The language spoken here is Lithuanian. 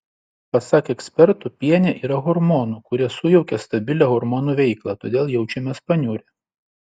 pasak ekspertų piene yra hormonų kurie sujaukia stabilią hormonų veiklą todėl jaučiamės paniurę